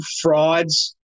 frauds